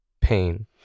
pain